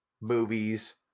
movies